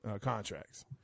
contracts